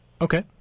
Okay